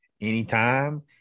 anytime